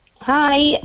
Hi